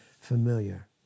familiar